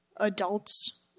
Adults